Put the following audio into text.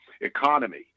economy